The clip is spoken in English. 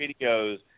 videos